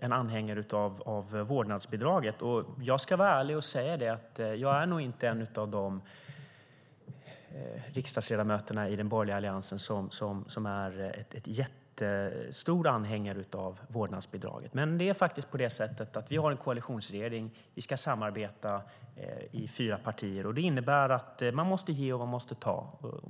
en anhängare av vårdnadsbidraget. Jag ska vara ärlig och säga att jag nog inte är en av de riksdagsledamöter i den borgerliga alliansen som är en jättestor anhängare av vårdnadsbidraget. Men vi har en koalitionsregering. Vi ska samarbeta i fyra partier. Det innebär att man måste ge och att man måste ta.